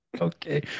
Okay